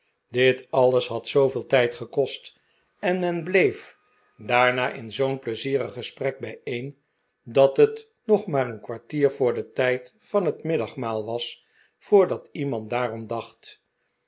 dit alles had zoo veel tijd gekost en men bleef daarna in zoo'n pleizierig gesprek bijeen dat het nog maar een kw artier voor den tijd van het middagmaal was voordat iemand daarom dacht